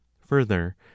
further